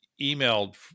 emailed